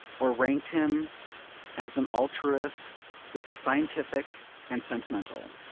or ranked him as an altruist with the scientific and sentimental.